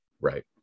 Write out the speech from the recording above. right